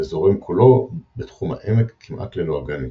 וזורם כולו בתחום העמק, כמעט ללא אגן ניקוז.